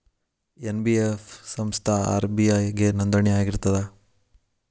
NBF ಸಂಸ್ಥಾ RBI ಗೆ ನೋಂದಣಿ ಆಗಿರ್ತದಾ?